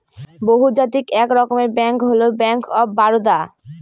বহুজাতিক এক রকমের ব্যাঙ্ক হল ব্যাঙ্ক অফ বারদা